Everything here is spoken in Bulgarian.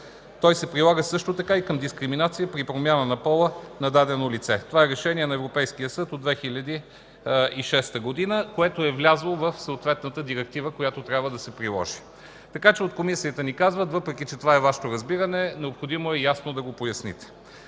той се прилага също така и към дискриминация на промяна на пола на дадено лице. Това е решение на Европейския съд от 2006 г., влязло в съответната директива, която трябва да се приложи, така че от Комисията ни казват: „Въпреки че това е Вашето разбиране, необходимо е ясно да го поясните”.